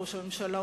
ראש הממשלה,